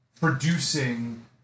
producing